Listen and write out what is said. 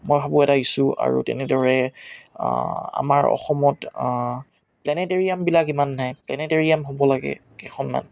মই ভাবোঁ এটা ইচ্যু আৰু তেনেদৰে আমাৰ অসমত প্লেনেটেৰিয়ামবিলাক ইমান নাই প্লেনেটেৰিয়াম হ'ব লাগে কেইখনমান